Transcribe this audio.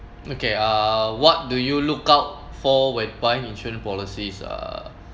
okay uh what do you look out for when buying insurance policies ah